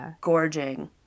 gorging